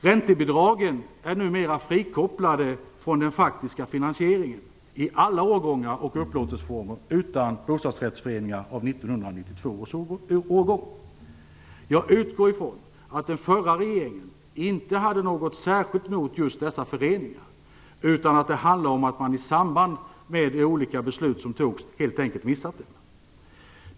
Räntebidragen är numera frikopplade från den faktiska finansieringen i alla årgångar och upplåtelseformer utom bostadsrättsföreningar av 1992 års årgång. Jag utgår från att den förra regeringen inte hade något särskilt mot just dessa föreningar, utan att det handlar om att man i samband med de olika beslut som fattades helt enkelt missade dem.